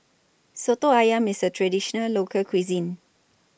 Soto Ayam IS A Traditional Local Cuisine